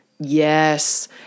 Yes